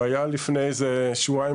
ולפני שבועיים